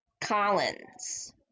Collins